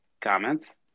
comments